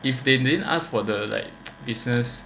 if they didn't ask for the like business